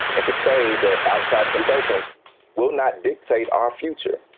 and to say that outside consultants will not dictate our future.